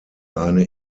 eine